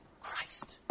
Christ